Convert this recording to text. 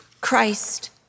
Christ